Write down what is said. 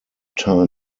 time